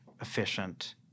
efficient